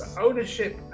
ownership